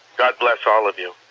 god bless all of you